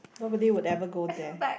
nobody would ever got there